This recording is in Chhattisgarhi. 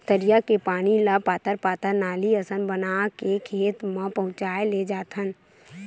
तरिया के पानी ल पातर पातर नाली असन बना के खेत म पहुचाए लेजाथन